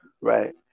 Right